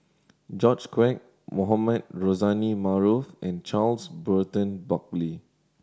George Quek Mohamed Rozani Maarof and Charles Burton Buckley